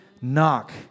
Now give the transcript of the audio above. knock